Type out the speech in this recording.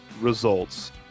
results